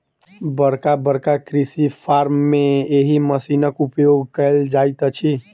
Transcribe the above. बड़का बड़का कृषि फार्म मे एहि मशीनक उपयोग कयल जाइत अछि